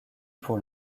pour